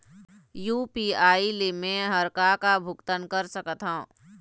UPI ले मे हर का का भुगतान कर सकत हो?